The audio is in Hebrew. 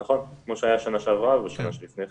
נכון, כמו שהיה שנה שעברה ושנה שלפני כן.